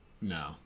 No